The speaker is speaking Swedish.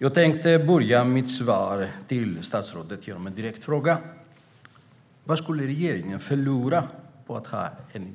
Jag tänkte börja mitt svar till statsrådet genom en direkt fråga: Vad skulle regeringen förlora på att ha en